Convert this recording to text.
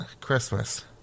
Christmas